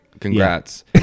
Congrats